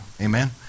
Amen